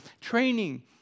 training